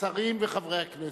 השרים וחברי הכנסת,